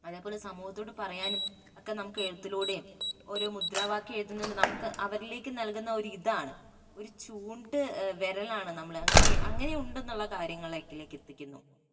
അതേപോലെ സമൂഹത്തോട് പറയാനും ഒക്കെ നമുക്ക് എഴുത്തിലൂടെയും ഓരോ മുദ്രാവാക്യം എഴുതുന്നതുകൊണ്ട് നമുക്ക് അവരിലേക്ക് നൽകുന്ന ഒരിതാണ് ഒരു ചൂണ്ട് വിരലാണ് നമ്മള് അങ്ങനെ അങ്ങനെയുണ്ടെന്നുള്ള കാര്യങ്ങളിലേക്ക് എത്തിക്കുന്നു